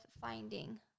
finding